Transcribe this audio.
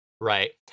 right